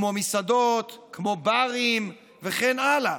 כמו מסעדות, כמו בארים וכן הלאה,